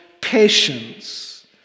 patience